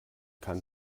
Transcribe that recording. kann